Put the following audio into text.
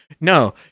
no